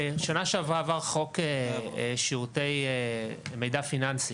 שנה שעברה עבר חוק שירותי מידע פיננסי.